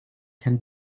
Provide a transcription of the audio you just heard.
can